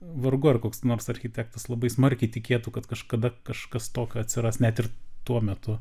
vargu ar koks nors architektas labai smarkiai tikėtų kad kažkada kažkas tokio atsiras net ir tuo metu